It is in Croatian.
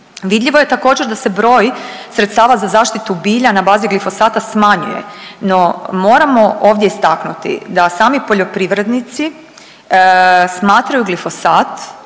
Vidljivo je također da se broj sredstava za zaštitu bilja na bazi glifosata smanjuje, no moramo ovdje istaknuti da sami poljoprivrednici smatraju glifosat